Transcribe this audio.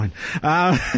fine